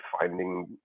finding